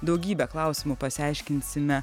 daugybę klausimų pasiaiškinsime